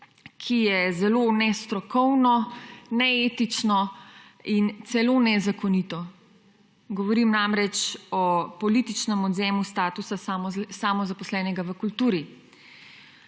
ki je zelo nestrokovno, neetično in celo nezakonito. Govorim namreč o političnem odvzemu statusa samozaposlenega v kulturi.